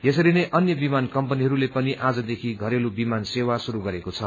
यसरी नै अन्य विमान कम्पनीहरूले पनि आजदेखि घरेलू विमान सेवा शुरू गरेको छ